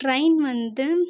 train வந்து